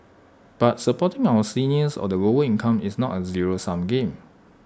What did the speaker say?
but supporting our seniors or the lower income is not A zero sum game